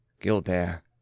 Gilbert